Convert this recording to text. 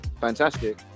fantastic